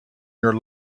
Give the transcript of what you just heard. your